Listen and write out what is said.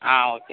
ஆ okay